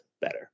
better